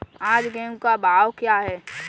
आज गेहूँ का भाव क्या है?